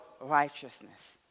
righteousness